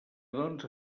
doncs